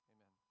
Amen